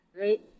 right